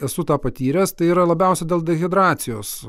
esu tą patyręs tai yra labiausia dėl dehidratacijos